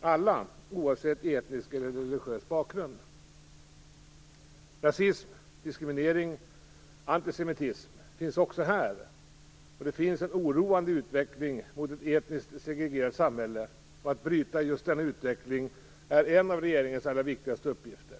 alla, oavsett etnisk eller religiös bakgrund. Rasism, diskriminering och antisemitism finns också här. Det finns en oroande utveckling mot ett etniskt segregerat samhälle. Att bryta denna utveckling är en av regeringens allra viktigaste uppgifter.